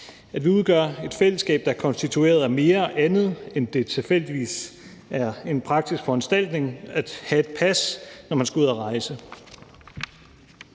at vi udgør et fællesskab, der er konstitueret af mere og andet, end at det er en praktisk foranstaltning at have et pas, når man skal ud at rejse.